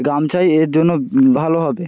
গামছাই এর জন্য ভালো হবে